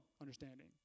understanding